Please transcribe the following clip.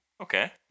Okay